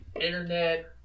Internet